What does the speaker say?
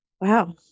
Wow